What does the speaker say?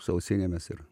su ausinėmis ir